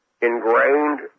ingrained